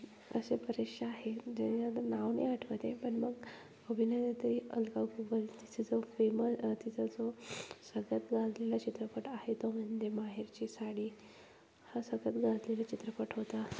असे बरेचसे आहेत ज्यानी आता नाव नाही आठवत आहे पण मग अभिनेत्री अलका कुबल तिचा जो फेमस तिचा जो सगळ्यात गाजलेला चित्रपट आहे तो म्हणजे माहेरची साडी हा सगळ्यात गाजलेला चित्रपट होता